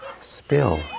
spill